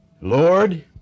Lord